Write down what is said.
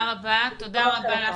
תודה רבה לך.